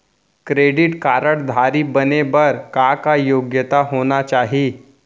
Credit card धारी बने बर का का योग्यता होना चाही?